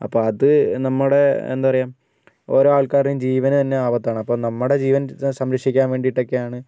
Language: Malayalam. അപ്പോൾ അത് നമ്മുടെ എന്താ പറയുക ഓരോ ആൾക്കാരുടെയും ജീവന് തന്നെ ആപത്താണ് അപ്പോൾ നമ്മുടെ ജീവൻ സംരക്ഷിക്കാൻ വേണ്ടിയിട്ടൊക്കെയാണ്